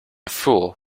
fool